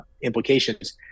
implications